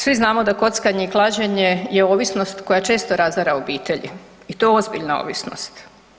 Svi znamo da kockanje i klađenje je ovisnost koja često razara obitelji i to ozbiljna ovisnost.